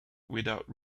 without